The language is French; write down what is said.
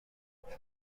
c’est